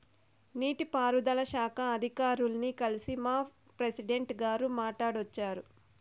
నీటి పారుదల శాఖ అధికారుల్ని కల్సి మా ప్రెసిడెంటు గారు మాట్టాడోచ్చినారు